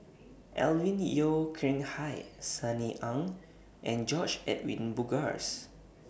Alvin Yeo Khirn Hai Sunny Ang and George Edwin Bogaars